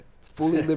fully